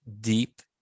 deep